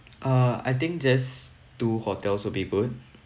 uh I think just two hotels will be good